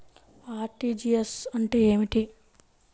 RTGS అంటే ఏమిటి?